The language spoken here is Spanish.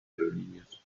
aerolíneas